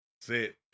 sit